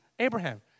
Abraham